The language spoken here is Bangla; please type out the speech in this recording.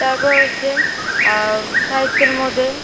তারপর হচ্ছে সাহিত্যের মধ্যে